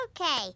Okay